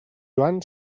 joan